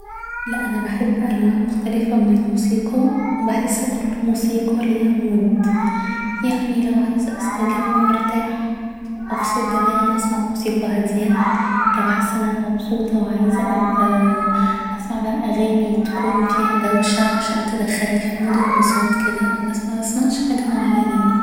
لا أنا بحب أنواع مختلفة من الموسيقى بحس كل موسيقى ليها كود يعني لو عايزة استجم و ارتاح افصل دماغي اسمع موسيقى هادية لو حاسة ان أنا مبسوطة و عايزة أبقى اسمع بقا أغاني تكون فيها دوشة عشان تدخلني في مود انبساط كده بسم مبسمعش حاجة معينة يعني